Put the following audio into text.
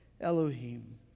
Elohim